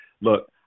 Look